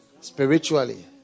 Spiritually